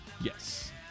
Yes